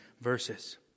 verses